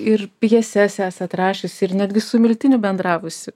ir pjeses esat rašiusi ir netgi su miltiniu bendravusi